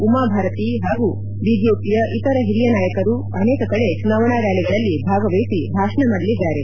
ಉಮಾಭಾರತಿ ಹಾಗೂ ಬಿಜೆಪಿಯ ಇತರ ಹಿರಿಯ ನಾಯಕರು ಅನೇಕ ಕಡೆ ಚುನಾವಣಾ ರ್ನಾಲಿಗಳಲ್ಲಿ ಭಾಗವಹಿಸಿ ಭಾಷಣ ಮಾಡಲಿದ್ದಾರೆ